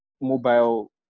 mobile